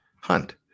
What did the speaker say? Hunt